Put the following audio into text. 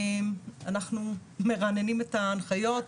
אנחנו מרעננים את ההנחיות.